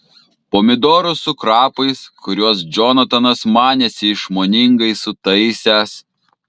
pomidorus su krapais kuriuos džonatanas manėsi išmoningai sutaisęs